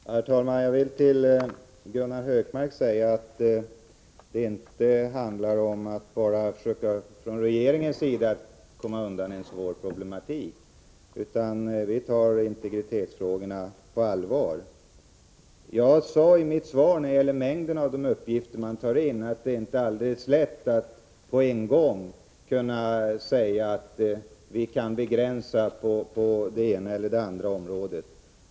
Herr talman! Jag vill till Gunnar Hökmark säga att det från regeringens sida inte bara handlar om att försöka komma undan en svår problematik. Vi tar integritetsfrågorna på allvar. Som jag framhöll i mitt svar när det gäller mängden av uppgifter som myndigheterna samlar in är det inte alldeles lätt att på en gång säga att vi kan begränsa på det ena eller det andra området.